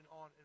on